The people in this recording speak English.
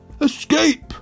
Escape